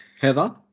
heather